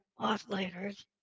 oscillators